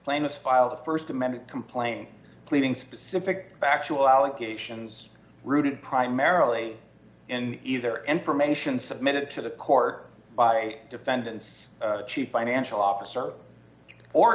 plaintiff filed a st amended complaint pleading specific factual allegations rooted primarily in either information submitted to the court by defendant chief financial officer or